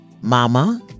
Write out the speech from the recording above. Mama